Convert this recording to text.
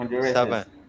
Seven